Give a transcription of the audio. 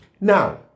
Now